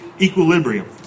equilibrium